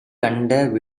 கண்ட